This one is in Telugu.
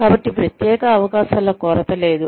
కాబట్టి ప్రత్యేక అవకాశాల కొరత లేదు